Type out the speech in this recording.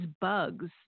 bugs